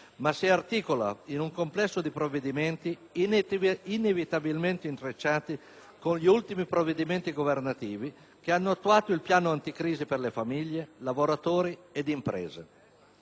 ma si articola in un complesso di provvedimenti inevitabilmente intrecciati con gli ultimi provvedimenti governativi che hanno attuato il piano anticrisi per le famiglie, i lavoratori e le imprese.